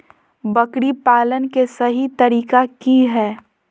बकरी पालन के सही तरीका की हय?